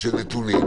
של נתונים,